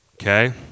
Okay